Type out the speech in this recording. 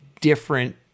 different